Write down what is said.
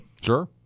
Sure